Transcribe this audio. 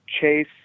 chase